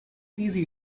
easy